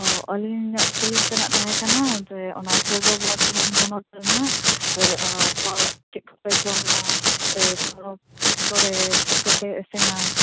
ᱳ ᱟ ᱞᱤᱧᱟᱜ ᱠᱩᱞᱤ ᱛᱮᱱᱟᱜ ᱛᱟᱦᱮᱸᱠᱟᱱᱟ ᱡᱮ ᱚᱱᱟ ᱯᱩᱨᱵᱚᱵᱚᱨᱫᱚᱢᱟᱱ ᱦᱚᱱᱚᱛ ᱨᱮᱱᱟᱜ ᱪᱮᱜ ᱠᱚᱯᱮ ᱡᱚᱢᱟ ᱥᱮ ᱯᱚᱨᱚᱵᱽ ᱠᱚᱨᱮ ᱪᱮᱜ ᱠᱚᱯᱮ ᱤᱥᱤᱱᱟ